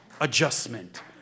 adjustment